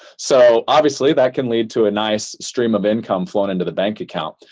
so obviously, that can lead to a nice stream of income flowing into the bank account.